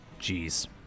Jeez